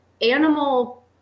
animal